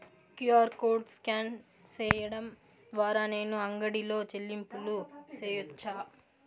QR code scan సేయడం ద్వారా నేను అంగడి లో చెల్లింపులు సేయొచ్చా?